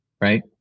right